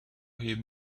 him